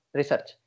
research